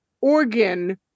organ